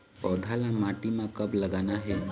पौधा ला माटी म कब लगाना हे?